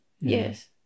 Yes